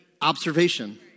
Observation